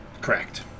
Correct